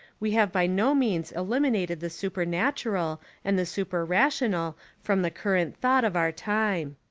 we have by no means eliminated the su per-natural and the super-rational from the cur rent thought of our time.